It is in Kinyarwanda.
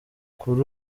kuri